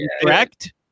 correct